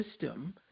system